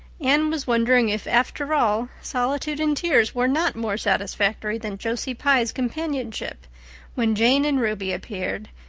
anne was wondering if, after all, solitude and tears were not more satisfactory than josie pye's companionship when jane and ruby appeared,